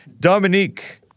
Dominique